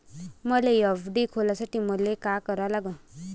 मले एफ.डी खोलासाठी मले का करा लागन?